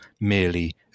merely